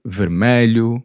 vermelho